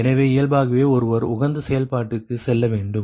எனவே இயல்பாகவே ஒருவர் உகந்த செயல்பாட்டுக்கு செல்ல வேண்டும்